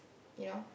you know